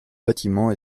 bâtiment